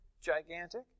Gigantic